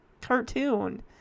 cartoon